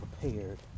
prepared